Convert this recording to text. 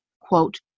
quote